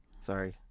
sorry